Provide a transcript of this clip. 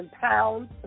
pounds